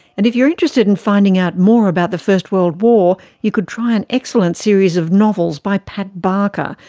and if you're interested in finding out more about the first world war, you could try an excellent series of novels by pat barker,